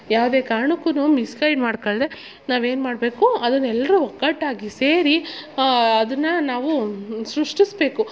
ಯಾವುದೆ ಕಾರ್ಣಕ್ಕು ಮಿಸ್ಗೈಡ್ ಮಾಡಿಕೊಳ್ದೆ ನಾವೇನು ಮಾಡಬೇಕು ಅದನ್ನು ಎಲ್ಲರು ಒಗ್ಗಟ್ಟಾಗಿ ಸೇರಿ ಅದನ್ನು ನಾವು ಸೃಷ್ಟಿಸಬೇಕು